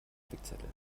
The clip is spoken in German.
spickzettel